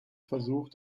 versuch